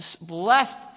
Blessed